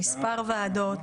מספר ועדות,